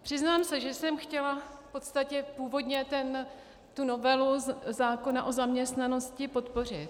Přiznám se, že jsem chtěla v podstatě původně tu novelu zákona o zaměstnanosti podpořit.